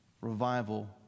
revival